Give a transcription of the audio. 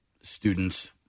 students